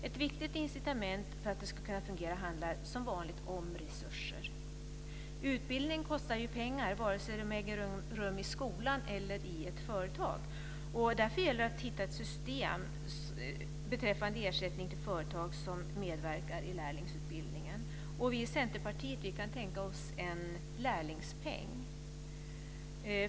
Ett viktigt incitament för att det ska kunna fungera handlar som vanligt om resurser. Utbildning kostar pengar, vare sig den äger rum i skolan eller i ett företag. Därför gäller det att hitta ett system beträffande ersättning till företag som medverkar i lärlingsutbildningen. Vi i Centerpartiet kan tänka oss en "lärlingspeng".